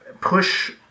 push